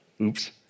Oops